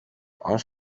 ange